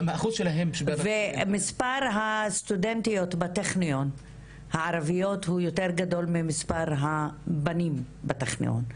ומספר הסטודנטיות בטכניון הערביות הוא יותר גדול ממספר הבנים בטכניון,